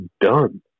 done